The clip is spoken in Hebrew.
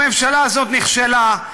הממשלה הזאת נכשלה,